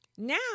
Now